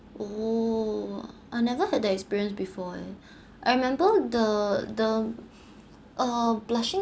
oo I never had that experience before eh I remember the the uh blushing